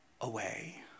away